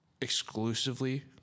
exclusively